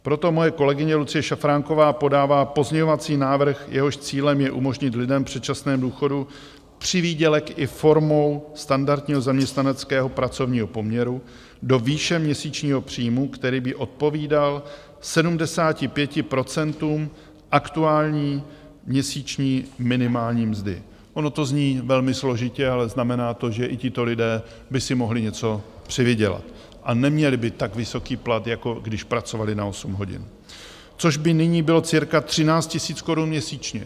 Proto moje kolegyně Lucie Šafránková podává pozměňovací návrh, jehož cílem je umožnit lidem v předčasném důchodu přivýdělek i formou standardního zaměstnaneckého pracovního poměru do výše měsíčního příjmu, který by odpovídal 75 % aktuální měsíční minimální mzdy, ono to zní velmi složitě, ale znamená to, že i tito lidé by si mohli něco přivydělat a neměli by tak vysoký plat, jako když pracovali na osm hodin, což by nyní bylo cirka 13 000 korun měsíčně.